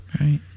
Right